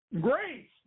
grace